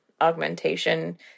augmentation